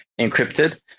encrypted